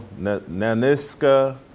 Naniska